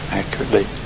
accurately